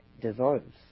dissolves